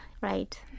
Right